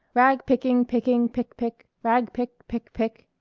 rag-picking, picking, pick, pick, rag-pick, pick, pick.